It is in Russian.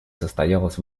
состоялась